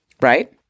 Right